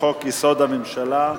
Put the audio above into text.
לחוק-יסוד: הממשלה,